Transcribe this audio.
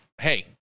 Hey